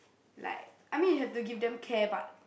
like I mean you have to give them care but